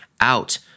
out